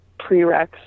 prereqs